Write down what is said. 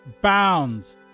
Bound